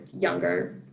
younger